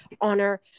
honor